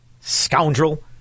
scoundrel